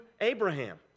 Abraham